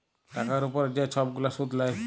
টাকার উপরে যে ছব গুলা সুদ লেয়